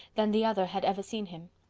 than the other had ever seen him.